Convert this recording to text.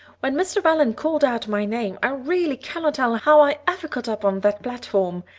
when mr. allan called out my name i really cannot tell how i ever got up on that platform.